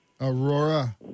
Aurora